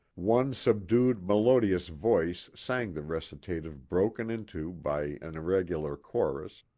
one subdued melodious voice sang the recita tive broken into by an irregular chorus,